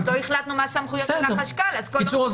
עוד לא החלטנו מה הסמכויות של החשב הכללי.